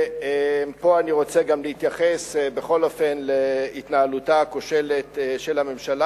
ופה אני רוצה גם להתייחס בכל אופן להתנהלותה הכושלת של הממשלה,